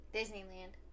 Disneyland